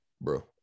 Bro